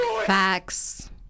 Facts